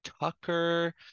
Tucker